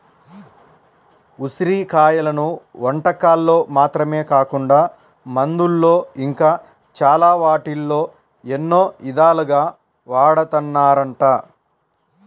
ఉసిరి కాయలను వంటకాల్లో మాత్రమే కాకుండా మందుల్లో ఇంకా చాలా వాటిల్లో ఎన్నో ఇదాలుగా వాడతన్నారంట